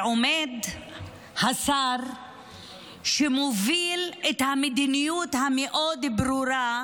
עומד השר שמוביל את המדיניות הברורה מאוד,